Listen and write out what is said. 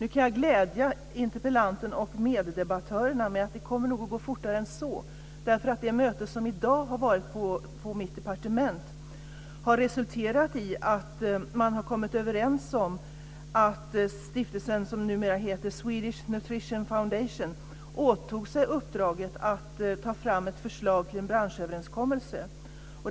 Nu kan jag glädja interpellanten och meddebattörerna med att det nog kommer att gå fortare än så. Det möte som har varit på mitt departement i dag har resulterat i att stiftelsen, som numera heter Swedish Nutrition Fundation, åtogs sig uppdraget att ta fram ett förslag till en branschöverenskommelse.